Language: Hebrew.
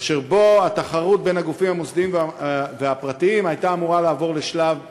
אשר בו התחרות בין הגופים המוסדיים והפרטיים הייתה אמורה לעבור לשלב ב'.